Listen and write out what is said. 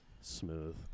Smooth